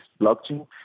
blockchain